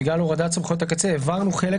בגלל הורדת סמכויות הקצה העברנו חלק